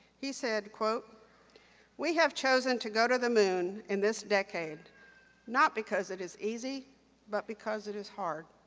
he said, we have chosen to go to the moon in this decade not because it is easy but because it is hard,